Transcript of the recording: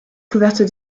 couvertes